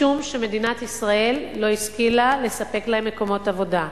משום שמדינת ישראל לא השכילה לספק להם מקומות עבודה,